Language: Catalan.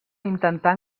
intentar